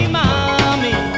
mommy